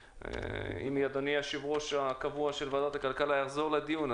ואם אדוני יושב-ראש הקבוע של ועדת הכלכלה יחזור לדיון,